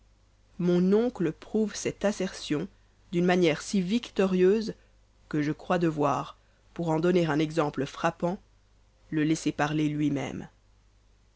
mon oncle prouve cette assertion d'une manière si victorieuse que je crois devoir pour en donner un exemple frappant le laisser parler lui-même